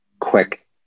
quick